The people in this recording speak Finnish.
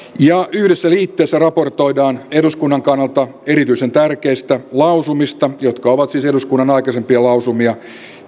yhdessä liitteessä raportoidaan eduskunnan kannalta erityisen tärkeistä lausumista jotka ovat siis eduskunnan aikaisempia lausumia